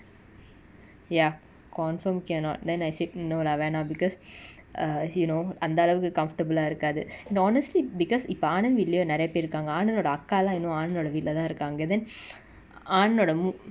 ya confirm cannot then I said no lah வேணா:vena because err he know அந்த அளவுக்கு:antha alavuku comfortable ah இருக்காது:irukathu in honestly because இப்ப:ippa ananth வீட்லயு நெரயபேர் இருக்காங்க:veetlayu nerayaper irukanga ananth தோட அக்காலா இன்னு:thoda akkala innu ananth தோட வீட்லதா இருக்காங்க:thoda veetlatha irukanga then ananth ஓட:oda mu~